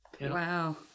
Wow